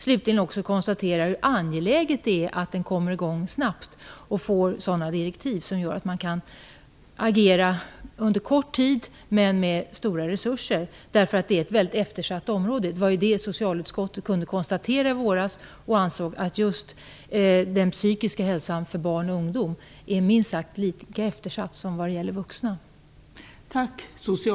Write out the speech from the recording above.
Slutligen är det angeläget att utredningen kommer i gång snabbt och att det utfärdas sådana direktiv som gör att den kan agera under kort tid med stora resurser, eftersom det rör sig om ett väldigt eftersatt område. Det var just det som socialutskottet konstaterade i våras, att den psykiska hälsan för barn och ungdom är minst sagt lika eftersatt som när det gäller vuxna.